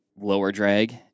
lower-drag